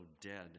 dead